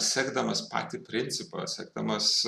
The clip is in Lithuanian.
sekdamas patį principą sekdamas